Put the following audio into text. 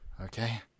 Okay